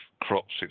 crops